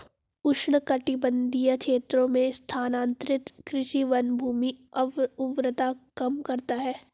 उष्णकटिबंधीय क्षेत्रों में स्थानांतरित कृषि वनभूमि उर्वरता कम करता है